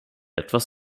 etwas